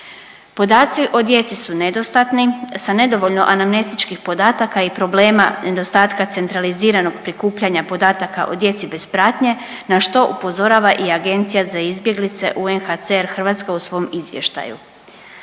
Podaci o djeci su nedostatni sa nedovoljno anamnestičkih podataka i problema nedostatka centraliziranog prikupljanja podataka o djeci bez pratnje na što upozorava i Agencija za izbjeglice UNHCR Hrvatska u svom izvještaju.